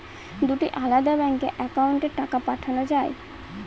দুটি আলাদা ব্যাংকে অ্যাকাউন্টের টাকা পাঠানো য়ায়?